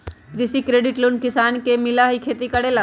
कृषि credit loan किसान के मिलहई खेती करेला?